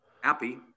happy